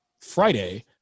Friday